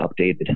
updated